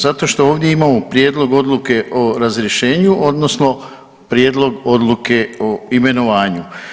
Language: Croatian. Zato što ovdje imamo Prijedlog odluke o razrješenju, odnosno Prijedlog odluke o imenovanju.